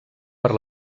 per